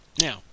now